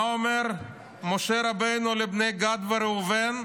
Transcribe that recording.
מה אומר משה רבנו לבני גד וראובן?